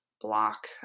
block